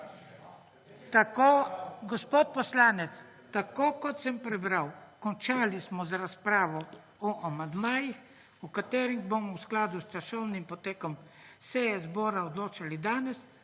klopi/ Gospod poslanec, tako kot sem prebral, končali smo z razpravo o amandmajih o katerih bomo v skladu s časovnim potekom seje zbora odločali danes